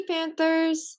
Panthers